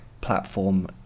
platform